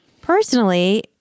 personally